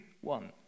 one